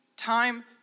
time